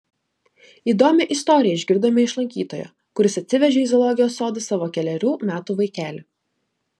įdomią istoriją išgirdome iš lankytojo kuris atsivežė į zoologijos sodą savo kelerių metų vaikelį